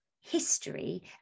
history